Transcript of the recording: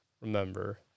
remember